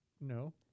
No